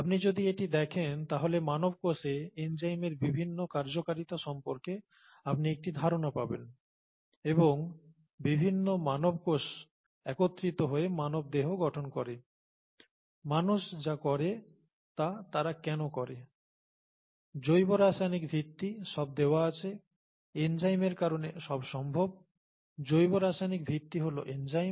আপনি যদি এটি দেখেন তাহলে মানব কোষে এনজাইমের বিভিন্ন কার্যকারিতা সম্পর্কে আপনি একটি ধারণা পাবেন এবং বিভিন্ন মানব কোষ একত্রিত হয়ে মানব দেহ গঠন করে মানুষ যা করে তা তারা কেন করে জৈব রাসায়নিক ভিত্তি সব দেওয়া আছে এনজাইমের কারণে সব সম্ভব জৈব রাসায়নিক ভিত্তি হল এনজাইম